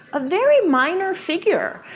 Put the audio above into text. a very minor figure,